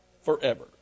forever